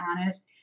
honest